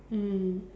mm